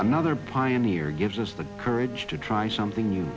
another pioneer gives us the courage to try something new